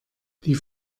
die